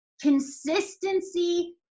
consistency